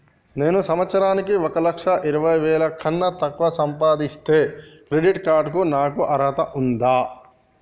నేను సంవత్సరానికి ఒక లక్ష ఇరవై వేల కన్నా తక్కువ సంపాదిస్తే క్రెడిట్ కార్డ్ కు నాకు అర్హత ఉందా?